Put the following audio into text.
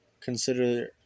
consider